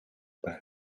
байв